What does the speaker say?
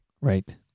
Right